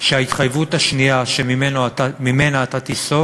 שמההתחייבות השנייה אתה תיסוג.